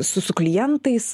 su su klientais